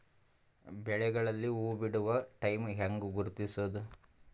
ಬೆಳೆಗಳಲ್ಲಿ ಹೂಬಿಡುವ ಟೈಮ್ ಹೆಂಗ ಗುರುತಿಸೋದ?